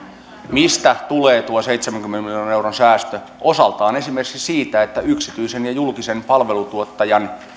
mistä tulee tuo seitsemänkymmenen miljoonan euron säästö osaltaan esimerkiksi siitä että yksityisen ja julkisen palveluntuottajan